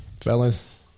Fellas